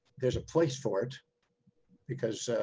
there's a place for it because